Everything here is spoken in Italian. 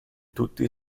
tutti